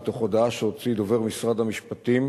מתוך הודעה שהוציא דובר משרד המשפטים